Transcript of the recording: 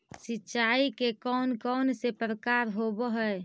सिंचाई के कौन कौन से प्रकार होब्है?